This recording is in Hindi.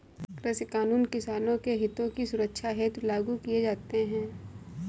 कृषि कानून किसानों के हितों की सुरक्षा हेतु लागू किए जाते हैं